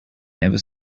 never